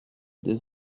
des